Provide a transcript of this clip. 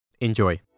Enjoy